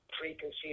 preconceived